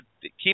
keep